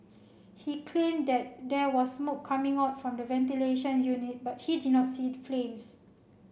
he claimed that there was smoke coming out form the ventilation unit but he did not see the flames